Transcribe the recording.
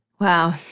Wow